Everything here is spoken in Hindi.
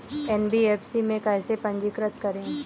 एन.बी.एफ.सी में कैसे पंजीकृत करें?